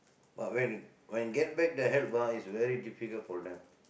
but when when get back the help ah it's very difficult for them